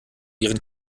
ihren